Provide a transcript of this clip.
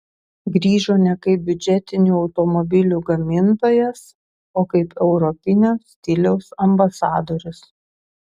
grįžo ne kaip biudžetinių automobilių gamintojas o kaip europinio stiliaus ambasadorius